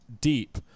deep